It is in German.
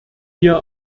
hier